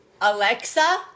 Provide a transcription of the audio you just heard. alexa